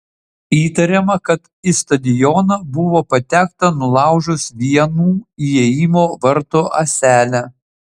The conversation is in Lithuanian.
įtariama kad į stadioną buvo patekta nulaužus vienų įėjimo vartų ąselę